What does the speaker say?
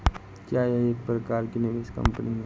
क्या यह एक प्रकार की निवेश कंपनी है?